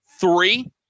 three